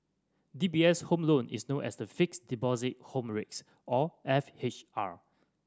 D B S Home Loan is known as the Fixed Deposit Home Rates or F H R